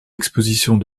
expositions